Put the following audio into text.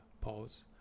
pause